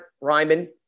Ryman